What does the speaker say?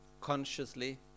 consciously